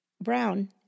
Brown